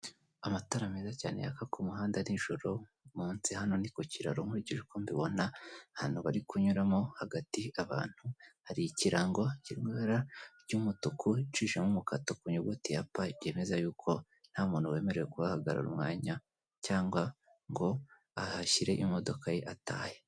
Amatara meza cyane yaka umuhanda nijoro munsi hano ni ku kiraro nkuriki uko mbibona ahantu bari kunyuramo hagati abantu hari ikirango kiburira cy'umutuku icishamo umukato ku nyuguti ya P cyemeza y'uko nta muntu wemerewe guhagarara umwanya cyangwa ngo ahashyire imodoka ye atahe.